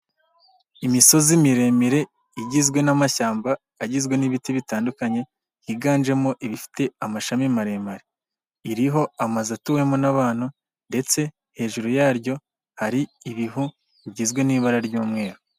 Imisozi miremire igizwe n'amashyamba agizwe n'ibiti bitandukanye higanjemo ibifite amashami maremare, iriho amazu atuwemo n'abantu ndetse hejuru yaryo hari ibihu bigizwe n'ibara ry'umweru.